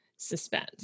Suspense